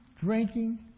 drinking